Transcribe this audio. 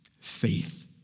faith